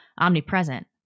omnipresent